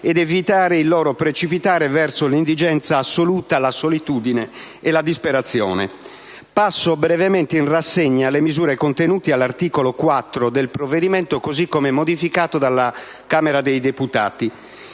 ed evitare il loro precipitare verso l'indigenza assoluta, la solitudine e la disperazione. Passo brevemente in rassegna le misure contenute all'articolo 4 del provvedimento, così come modificato dalla Camera dei deputati.